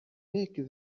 make